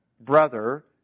brother